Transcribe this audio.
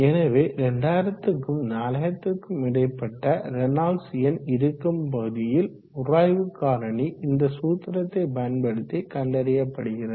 எனவே 2000க்கும் 4000க்கும் இடைப்பட்ட ரேனால்ட்ஸ் எண் இருக்கும் பகுதியில் உராய்வு காரணி இந்த சூத்திரத்தை பயன்படுத்தி கண்டறியப்படுகிறது